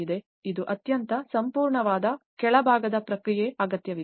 ಇದು ಅತ್ಯಂತ ಸಂಪೂರ್ಣವಾದ ಕೆಳಭಾಗದ ಪ್ರಕ್ರಿಯೆಯ ಅಗತ್ಯವಿದೆ